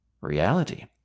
reality